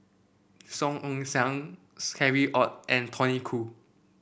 Song Ong Siang Harry Ord and Tony Khoo